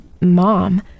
mom